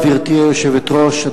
גברתי היושבת-ראש,